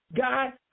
God